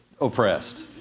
oppressed